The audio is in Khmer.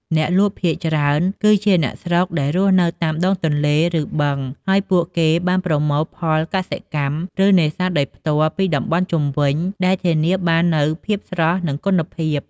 អ្នកលក់ភាគច្រើនគឺជាអ្នកស្រុកដែលរស់នៅតាមដងទន្លេ ឬបឹង ហើយពួកគេបានប្រមូលផលកសិកម្ម ឬនេសាទដោយផ្ទាល់ពីតំបន់ជុំវិញ ដែលធានាបាននូវភាពស្រស់ និងគុណភាព។